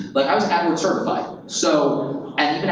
but i was adword certified, so